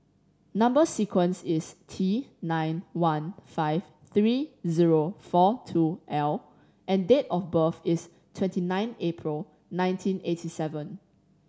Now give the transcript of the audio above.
number sequence is T nine one five three zero four two L and date of birth is twenty nine April nineteen eighty seven